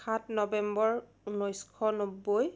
সাত নৱেম্বৰ ঊনৈছশ নব্বৈ